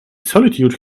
solitude